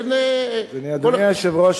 אדוני היושב-ראש,